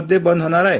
मध्ये बंद होणार आहे